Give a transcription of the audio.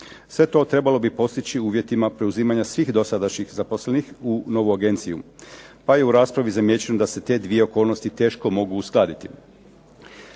Sve to trebalo bi postići uvjetima preuzimanja svih dosadašnjih zaposlenih u novu agenciju. Pa je u raspravi zamijećeno da se te 2 okolnosti teško mogu uskladiti.